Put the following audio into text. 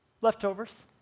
Leftovers